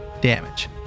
damage